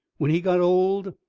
when he got old,